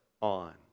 on